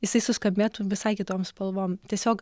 jisai suskambėtų visai kitom spalvom tiesiog